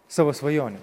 savo svajonių